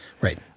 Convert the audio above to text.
Right